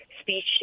Speech